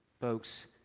folks